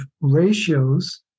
ratios